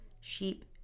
sheep